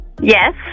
Yes